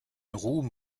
ruhm